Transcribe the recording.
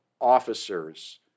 officers